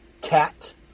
Cat